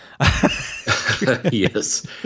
Yes